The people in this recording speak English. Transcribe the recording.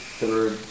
third